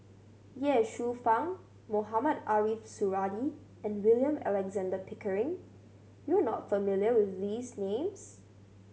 Ye Shufang Mohamed Ariff Suradi and William Alexander Pickering you are not familiar with these names